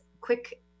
quick